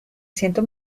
siento